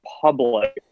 public